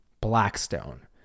Blackstone